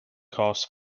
costs